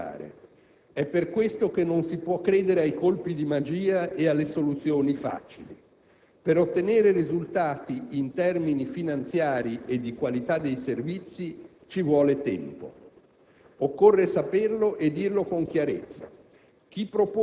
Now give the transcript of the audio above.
È per molti versi un dato acquisito, arduo da modificare. È per questo che non si può credere ai colpi di magia, alle soluzioni facili; per ottenere risultati in termini finanziari e di qualità dei servizi ci vuole tempo.